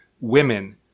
women